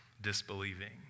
disbelieving